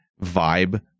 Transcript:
Vibe